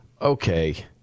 Okay